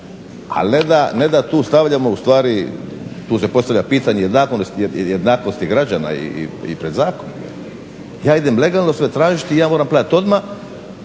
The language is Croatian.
ne da tu stavljamo u stvari, tu se postavlja pitanje jednakosti građana i pred zakonom. Ja idem legalno sve tražiti i ja moram platiti odmah,